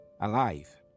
alive